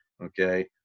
okay